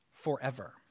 forever